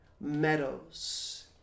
meadows